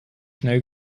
schnell